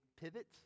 pivot